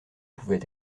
pouvait